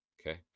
Okay